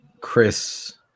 Chris